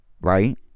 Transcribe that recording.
right